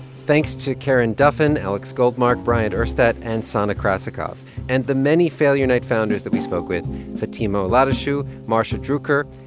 thanks to karen duffin, alex goldmark, bryant urstadt and sana krasikov and the many failure night founders that we spoke with fatima oladasu, marsha druker,